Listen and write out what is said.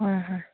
ꯍꯣꯏ ꯍꯣꯏ